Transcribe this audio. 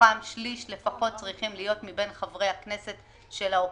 כשמתוכם שליש לפחות צריכים להיות מבין חברי הכנסת של האופוזיציה.